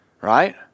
right